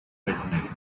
midnight